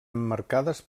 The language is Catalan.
emmarcades